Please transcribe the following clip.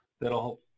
that'll